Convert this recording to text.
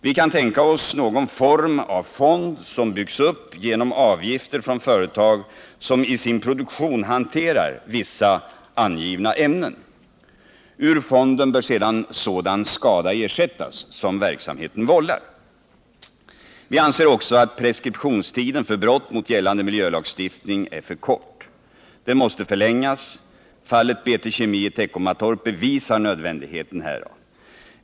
Vi kan tänka oss någon form av fond, som byggs upp genom avgifter från företag som i sin produktion hanterar vissa angivna ämnen. Medel ur denna fond bör sedan ersätta skada som verksamheten vållar. Vi anser också att preskriptionstiden för brott mot gällande lagstiftning är för kort. Den måste förlängas — fallet BT Kemi i Teckomatorp bevisar nödvändigheten härav.